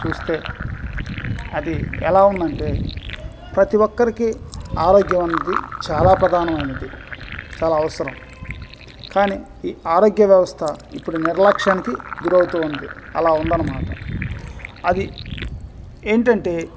చూస్తే అది ఎలా ఉందంటే ప్రతి ఒకరికి ఆరోగ్యం అన్నది చాలా ప్రధానమైనది చాలా అవసరం కాని ఈ ఆరోగ్య వ్యవస్థ ఇప్పుడు నిర్లక్ష్యానికి గురి అవుతు ఉంది అలా ఉందన్నమాట అది ఏంటంటే